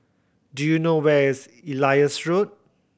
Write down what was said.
do you know where is Elias Road